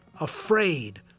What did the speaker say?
afraid